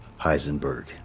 Heisenberg